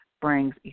brings